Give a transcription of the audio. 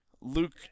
Luke